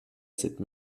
cette